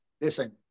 Listen